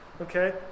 okay